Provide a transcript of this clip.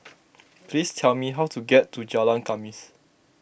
please tell me how to get to Jalan Khamis